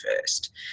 first